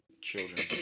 children